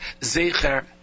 zecher